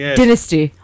dynasty